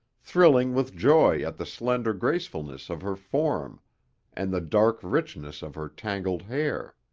thrilling with joy at the slender gracefulness of her form and the dark richness of her tangled hair.